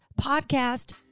podcast